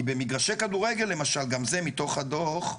כי במגרשי כדורגל למשל, גם זה מתוך הדו"ח,